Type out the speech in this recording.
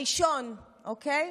הראשון, אוקיי,